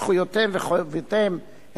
זכויותיהם וחובותיהם,